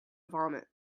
vomit